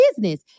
business